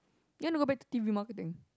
you want to go back to T_V marketing